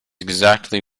exactly